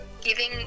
giving